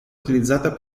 utilizzata